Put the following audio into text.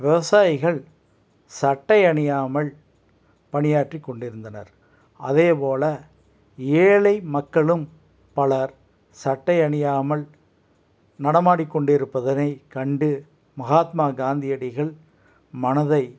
விவசாயிகள் சட்டை அணியாமல் பணியாற்றி கொண்டிருந்தனர் அதே போல ஏழை மக்களும் பலர் சட்டை அணியாமல் நடமாடிக்கொண்டிருப்பதனை கண்டு மஹாத்மா காந்தியடிகள் மனதை